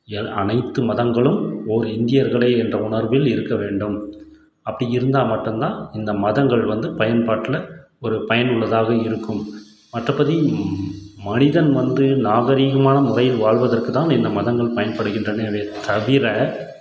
ஏன்னா அனைத்து மதங்களும் ஒரு இந்தியர்கள் என்ற உணர்வில் இருக்க வேண்டும் அப்படி இருந்தால் மட்டுந்தான் இந்த மதங்கள் வந்து பயன்பாட்டில் ஒரு பயனுள்ளதாக இருக்கும் மற்றபடி மனிதன் வந்து நாகரீகமான முறையில் வாழ்வதற்கு தான் இந்த மதங்கள் பயன்படுகின்றனவே தவிர